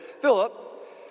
Philip